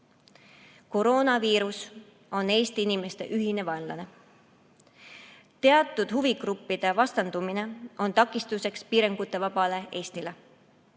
Koroonaviirus on Eesti inimeste ühine vaenlane. Teatud huvigruppide vastandumine on takistuseks piirangutevabale Eestile.